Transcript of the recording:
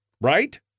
Right